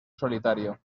solitario